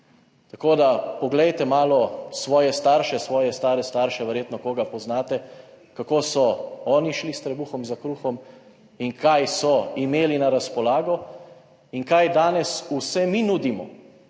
tako da, poglejte malo svoje starše, svoje stare starše, verjetno koga poznate, kako so oni šli s trebuhom za kruhom in kaj so imeli na razpolago in kaj danes vse mi nudimo